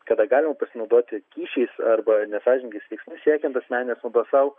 kada galima pasinaudoti kyšiais arba nesąžiningais veiksmais siekiant asmeninės naudos sau